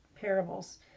parables